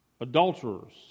Adulterers